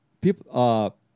people